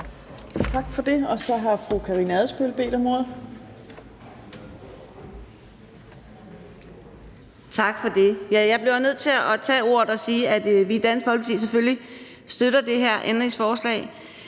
om ordet. Kl. 15:38 (Ordfører) Karina Adsbøl (DF): Tak for det. Jeg bliver nødt til at tage ordet og sige, at vi i Dansk Folkeparti selvfølgelig støtter det her ændringsforslag.